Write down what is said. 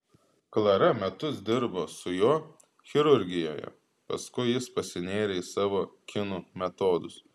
klara metus dirbo su juo chirurgijoje paskui jis pasinėrė į savo kinų metodus